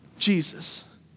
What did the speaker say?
Jesus